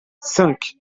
cinq